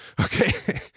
okay